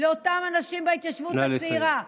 לאותם אנשים בהתיישבות הצעירה?